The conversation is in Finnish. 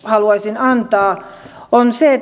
haluaisin antaa se on se